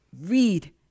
Read